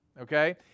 okay